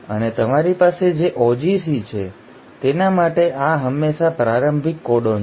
અને તમારી પાસે જે ઓજીસી છે તેના માટે આ હંમેશાં પ્રારંભિક કોડોન છે